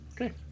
okay